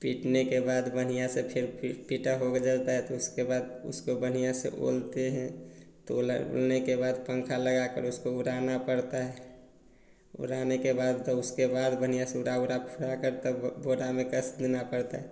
पीटने के बाद बढ़िया से फ़िर पीट पीटा हो जाता हैं तो उसके बाद उसको बनिया से बोलते हैं तोलने के बाद पँखा लगाकर उसको उड़ाना पड़ता हैं उड़ाने के बाद उसके बाद बनिया से उड़ा उड़ा कर तब बोरा में कस देना पड़ता है